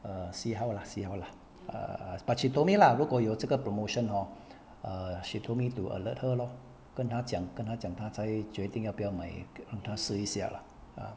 err see how lah see how lah err but she told me lah 如果有这个 promotion hor err she told me to alert her lor 跟她讲跟她讲她才决定要不要买试一下 lah ah